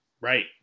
Right